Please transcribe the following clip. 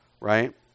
right